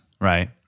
right